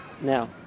Now